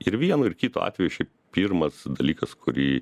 ir vienu ir kitu atveju šiaip pirmas dalykas kurį